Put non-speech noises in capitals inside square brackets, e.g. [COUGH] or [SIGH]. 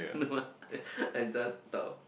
no ah [LAUGHS] I just thought